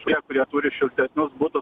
tie kurie turi šiltesnius butus